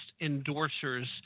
endorsers